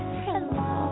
hello